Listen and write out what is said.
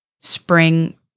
Spring